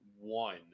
one